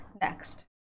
next